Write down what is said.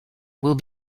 will